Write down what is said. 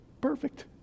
perfect